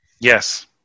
Yes